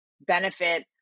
benefit